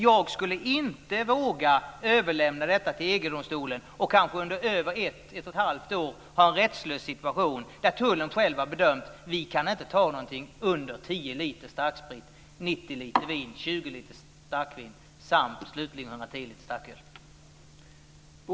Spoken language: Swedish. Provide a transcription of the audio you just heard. Jag skulle inte våga överlämna detta till EG-domstolen och kanske i över ett, ett och ett halvt år ha en rättslös situation, där tullen själva bedömer att de inte kan ta någonting under 10